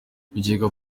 bikekwa